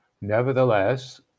Nevertheless